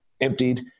emptied